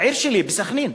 בעיר שלי, בסח'נין,